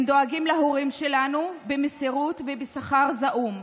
הם דואגים להורים שלנו במסירות ובשכר זעום,